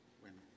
Bueno